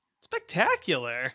Spectacular